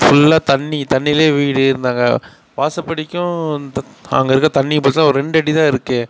ஃபுல்லாக தண்ணி தண்ணியில் வீடு இருந்தாங்க வாசல் படிக்கும் த அங்கேருக்க தண்ணிக்கும் பெருசாக ஒரு ரெண்டடி தான் இருக்கு